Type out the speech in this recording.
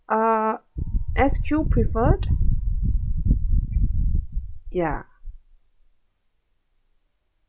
uh S_Q preferred ya